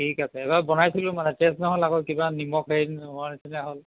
ঠিক আছে এবাৰ বনাইছিলো মানে টেষ্ট নহ'ল আক' কিবা নিমখ সেই নোহোৱা নিচিনা হ'ল